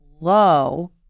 low